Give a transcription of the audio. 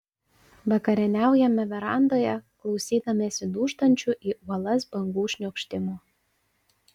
vakarieniaujame verandoje klausydamiesi dūžtančių į uolas bangų šniokštimo